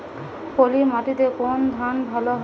পলিমাটিতে কোন ধান ভালো হয়?